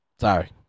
sorry